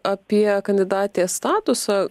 apie kandidatės statusą